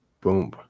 Boom